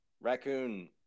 raccoon